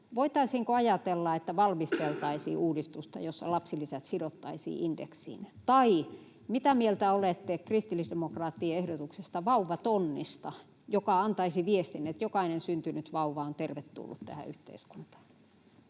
Voitaisiinko ajatella, että valmisteltaisiin uudistusta, jossa lapsilisät sidottaisiin indeksiin? Tai mitä mieltä olette kristillisdemokraattien ehdotuksesta vauvatonnista, joka antaisi viestin, että jokainen syntynyt vauva on tervetullut tähän yhteiskuntaan?